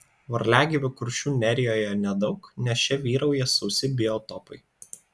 varliagyvių kuršių nerijoje nedaug nes čia vyrauja sausi biotopai